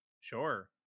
Sure